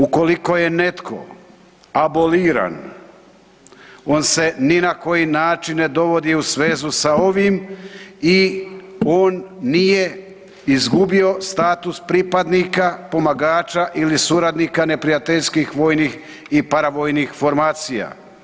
Ukoliko je netko aboliran on se ni na koji način ne dovodi u svezu sa ovim i on nije izgubio status pripadnika, pomagača ili suradnika neprijateljskih vojnih i paravojnih formacija.